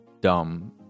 dumb